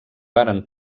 varen